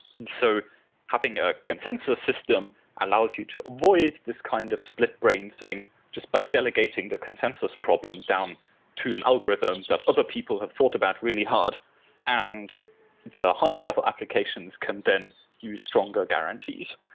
and so having a consensus system allows you to avoid this kind of split-brain thing just by delegating the consensus problem down to an algorithm that other people have thought about really hard and the higher level applications can then use stronger guarantees.